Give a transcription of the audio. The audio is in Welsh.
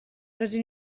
rydyn